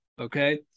okay